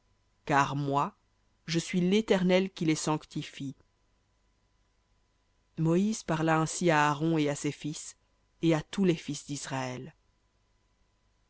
car moi je suis l'éternel qui les sanctifie v parla ainsi à aaron et à ses fils et à tous les fils d'israël